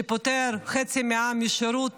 שפוטר חצי מהעם משירות